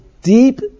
Deep